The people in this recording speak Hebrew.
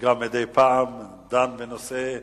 שמדי פעם דן גם בנושא דהיום,